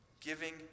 giving